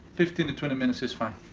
fifteen to twenty minutes is fine.